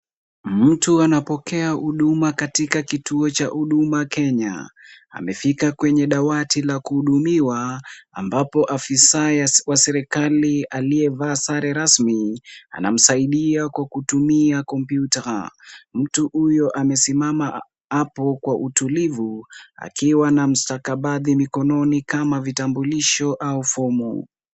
Mtu anapokea huduma katika kituo cha Huduma Kenya. Amefika kwenye dawati la kuhudumiwa, ambapo afisa wa serikali aliyevaa sare rasmi anamsaidia kwa kutumia kompyuta. Mtu huyo amesimama hapo kwa utulivu, akiwa na mstakabadhi mikononi kama vitambulisho au fomu.